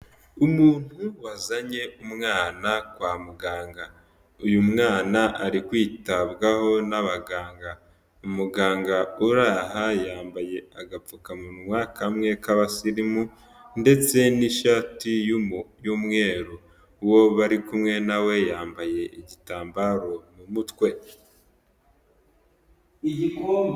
Umuntu wazanye umwana kwa muganga, uyu mwana ari kwitabwaho n'abaganga, umuganga uri aha yambaye agapfukamunwa kamwe k'abasirimu ndetse n'ishati y'umweru, uwo bari kumwe na we yambaye igitambaro mu mutwe.